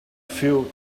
fill